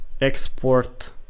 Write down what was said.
export